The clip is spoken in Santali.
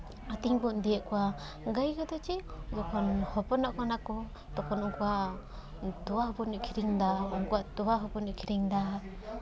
ᱟᱹᱛᱤᱧ ᱵᱚᱱ ᱤᱫᱤᱭᱮᱜ ᱠᱚᱣᱟ ᱜᱟᱹᱭ ᱠᱚᱫᱚ ᱪᱮᱫ ᱦᱚᱯᱚᱱᱚᱜ ᱠᱟᱱᱟ ᱛᱚᱠᱷᱚᱱ ᱩᱱᱠᱩᱣᱟ ᱛᱚᱣᱟ ᱦᱚᱸ ᱵᱚᱱ ᱟᱠᱷᱨᱤᱧ ᱮᱫᱟ ᱩᱱᱠᱩᱣᱟᱜ ᱛᱳᱣᱟ ᱦᱚᱸ ᱵᱚᱱ ᱟᱠᱷᱨᱤᱧ ᱮᱫᱟ